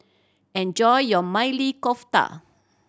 enjoy your Maili Kofta